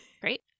Great